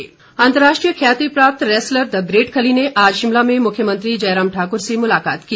खली भेंट अंतरराष्ट्रीय ख्याति प्राप्त रेसलर द ग्रेट खली ने आज शिमला में मुख्यमंत्री जयराम ठाकुर से मुलाकात की